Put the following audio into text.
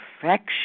perfection